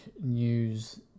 news